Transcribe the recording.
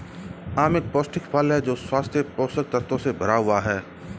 आम एक पौष्टिक फल है जो स्वस्थ पोषक तत्वों से भरा हुआ है